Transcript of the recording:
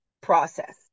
process